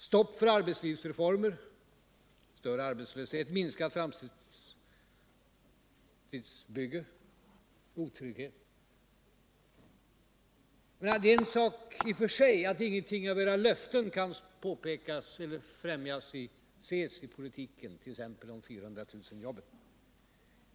Stopp för arbetslivsreformer, större arbetslöshet, minskat framtidsbygge, otrygghet. Det är i och för sig en sak att inget av era löften kan ses i politiken, t.ex. de 400 000 jobben.